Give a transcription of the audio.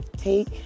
Take